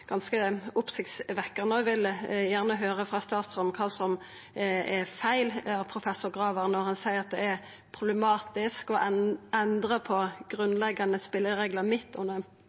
ganske oppsiktsvekkjande. Eg vil gjerne høyra frå statsråden kva som er feil i professor Gravers utsegner om at det er problematisk «å endre på de grunnleggende spillereglene midt under